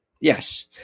Yes